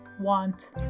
want